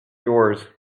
yours